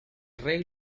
rey